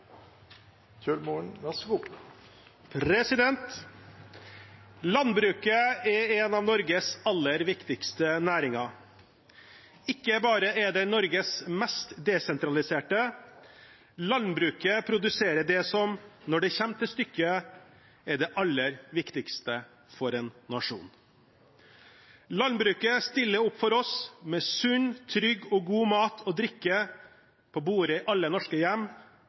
det Norges mest desentraliserte – landbruket produserer det som, når det kommer til stykket, er det aller viktigste for en nasjon. Landbruket stiller opp for oss, med sunn, trygg og god mat og drikke på bordet i alle norske hjem.